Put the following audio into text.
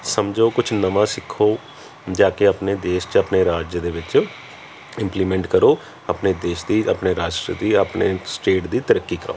ਸਮਝੋ ਕੁਛ ਨਵਾਂ ਸਿੱਖੋ ਜਾ ਕੇ ਆਪਣੇ ਦੇਸ਼ 'ਚ ਆਪਣੇ ਰਾਜਯ ਦੇ ਵਿੱਚ ਇੰਪਲੀਮੈਂਟ ਕਰੋ ਆਪਣੇ ਦੇਸ਼ ਦੀ ਆਪਣੇ ਰਾਸ਼ਟਰ ਦੀ ਆਪਣੇ ਸਟੇਟ ਦੀ ਤਰੱਕੀ ਕਰਵਾਉ